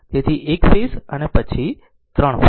તેથી એક ફેઝ પછી 3 ફેઝ